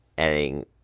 adding